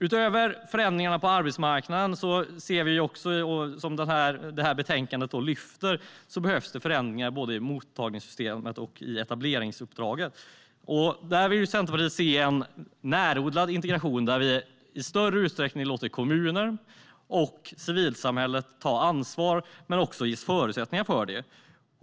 Utöver förändringarna på arbetsmarknaden ser vi, vilket också tas upp i betänkandet, att det behövs förändringar i både mottagningssystemet och etableringsuppdraget. Där vill Centerpartiet se en "närodlad" integration, där vi i större utsträckning låter kommuner och civilsamhället ta ansvar men också ger dem förutsättningar för det.